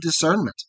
discernment